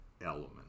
element